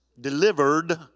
delivered